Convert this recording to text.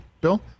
Bill